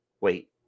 Wait